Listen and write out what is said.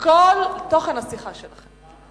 את כל תוכן השיחה שלכם.